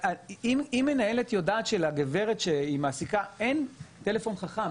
אם מנהלת יודעת שלגברת שהיא מעסיקה אין טלפון חכם